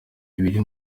ibiri